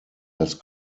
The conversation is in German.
das